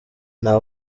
nta